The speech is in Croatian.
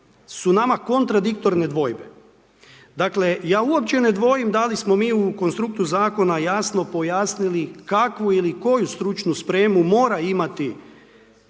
su nama kontradiktorne dvojbe, dakle ja uopće ne dvojim da li smo mi u konstruktu zakona jasno pojasnili kakvu ili koju stručnu spremu mora imati